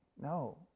No